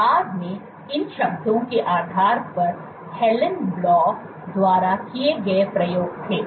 तो बाद में इन शब्दों के आधार पर हेलेन ब्लाउ Helan Blauद्वारा किए गए प्रयोग थे